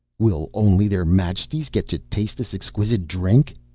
will only their majesties get to taste this exquisite drink?